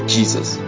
Jesus